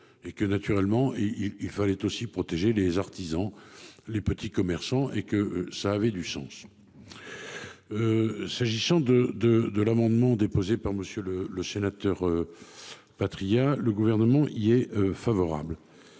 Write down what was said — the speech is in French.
et que naturellement il fallait aussi protéger les artisans, les petits commerçants et que ça avait du sens. S'agissant de de de l'amendement déposé par Monsieur le le sénateur. Patriat le gouvernement il y est favorable.